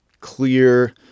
clear